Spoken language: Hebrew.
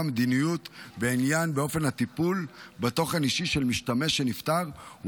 מדיניות בעניין אופן הטיפול בתוכן אישי של משתמש שנפטר,